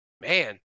man